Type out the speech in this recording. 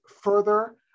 further